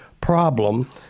problem